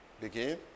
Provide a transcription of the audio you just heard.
begin